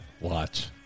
watch